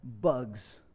bugs